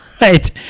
right